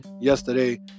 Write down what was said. yesterday